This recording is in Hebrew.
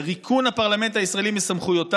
לריקון הפרלמנט הישראלי מסמכויותיו.